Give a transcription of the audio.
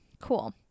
Cool